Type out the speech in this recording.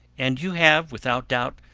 and you have, without doubt,